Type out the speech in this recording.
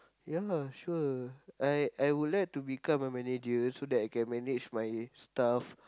ya sure I I would like to become a manager so that I can manage my staff